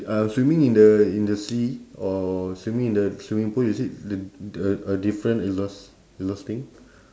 uh swimming in the in the sea or swimming in the swimming pool is it d~ d~ uh different exhaust~ exhausting